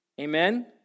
Amen